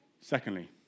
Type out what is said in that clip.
Secondly